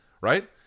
right